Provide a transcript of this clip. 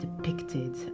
depicted